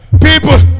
people